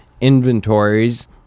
inventories